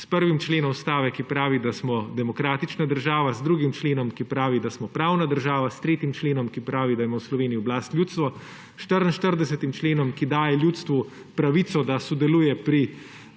s 1. členom Ustave, ki pravi, da smo demokratična država; z 2. členom, ki pravi, da smo pravna država; s 3. členom, ki pravi, da ima v Sloveniji oblast ljudstvo; s 44. členom, ki daje ljudstvu pravico, da sodeluje pri